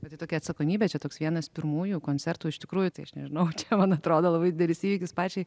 bet tai tokia atsakomybė čia toks vienas pirmųjų koncertų iš tikrųjų tai aš nežinau man atrodo labai didelis įvykis pačiai